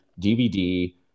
DVD